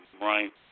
right